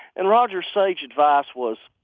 and roger's sage advice was,